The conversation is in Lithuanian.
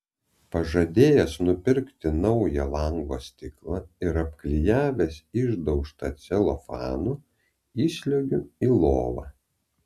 pažadėjęs nupirkti naują lango stiklą ir apklijavęs išdaužtą celofanu įsliuogiu į lovą